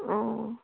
অঁ